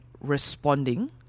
responding